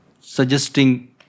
suggesting